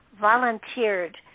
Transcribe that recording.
volunteered